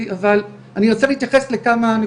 במציאות אמרו אז שייתנו תשובה גם לוועדה וגם לנו על מהו המספר